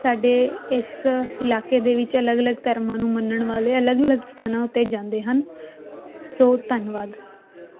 ਸਾਡੇ ਇਸ ਇਲਾਕੇ ਦੇ ਵਿੱਚ ਅਲੱਗ ਅਲੱਗ ਧਰਮਾਂ ਨੂੰ ਮੰਨਣ ਵਾਲੇ ਅਲੱਗ ਅਲੱਗ ਸਥਾਨਾਂ ਉੱਤੇ ਜਾਂਦੇ ਹਨ ਸੋ ਧੰਨਵਾਦ